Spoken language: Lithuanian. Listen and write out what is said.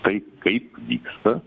tai kaip vyksta